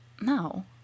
no